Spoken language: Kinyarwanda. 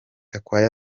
gakwaya